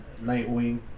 Nightwing